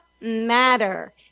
matter